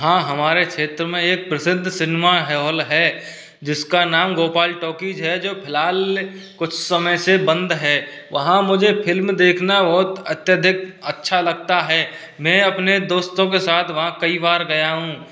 हाँ हमारे क्षेत्र में एक प्रसिद्ध सिनेमा हॉल है जिसका नाम गोपाल टॉकीज है जो फ़िलहाल कुछ समय से बंद है वहाँ मुझे फ़िल्म देखना बहुत अत्यधिक अच्छा लगता है मैं अपने दोस्तों के साथ वहाँ कई बार गया हूँ